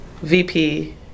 VP